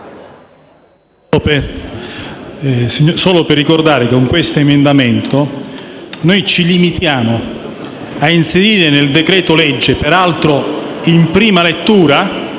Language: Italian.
solo per ricordare che con l'emendamento 1.1 noi ci limitiamo ad inserire nel decreto-legge, peraltro in prima lettura,